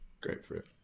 Grapefruit